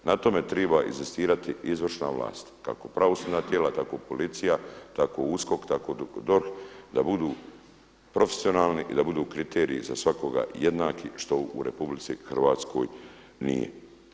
Na tome treba inzistirati izvršna vlast, kako pravosudna tijela, tako policija, tako USKOK, tako DORH da budu profesionalni i da budu kriteriji za svakoga jednaki što u Republici Hrvatskoj nije.